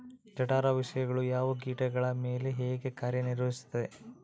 ಜಠರ ವಿಷಯಗಳು ಯಾವ ಕೇಟಗಳ ಮೇಲೆ ಹೇಗೆ ಕಾರ್ಯ ನಿರ್ವಹಿಸುತ್ತದೆ?